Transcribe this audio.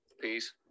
Peace